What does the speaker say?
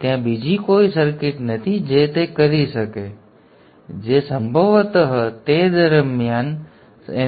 ત્યાં બીજી કોઈ સર્કિટ નથી જે તે કરી શકે છે જે સંભવતઃ તે સમય દરમિયાન એનર્જીને પમ્પ કરી શકે છે